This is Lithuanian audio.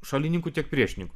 šalininkų tiek priešininkų